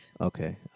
okay